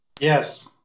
Yes